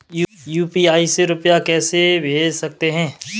UPI से रुपया कैसे भेज सकते हैं?